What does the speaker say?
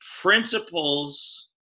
principles